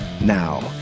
Now